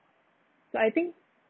but I think